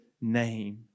name